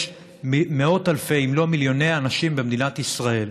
יש מאות אלפי אם לא מיליוני אנשים במדינת ישראל,